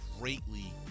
greatly